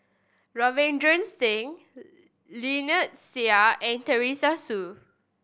Ravinder Singh Lynnette Seah and Teresa Hsu